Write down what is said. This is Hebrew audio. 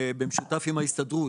במשותף עם ההסתדרות,